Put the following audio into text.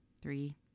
Three